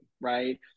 right